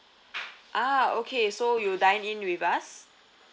ah okay so you dine in with us